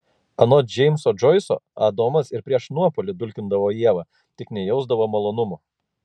anot džeimso džoiso adomas ir prieš nuopuolį dulkindavo ievą tik nejausdavo malonumo